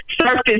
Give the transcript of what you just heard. surface